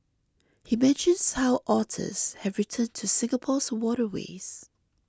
he mentions how otters have returned to Singapore's waterways